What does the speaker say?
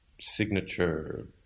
signature